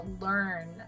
learn